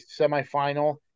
semifinal